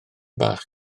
bach